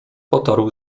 potarł